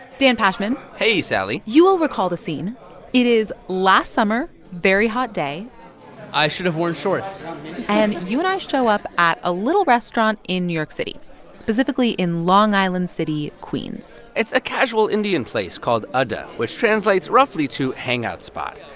dan pashman hey, sally you will recall the scene it is last summer, very hot day i should have worn shorts and you and i show up at a little restaurant in new york city specifically in long island city, queens it's a casual indian place called adda, which translates roughly to hangout spot.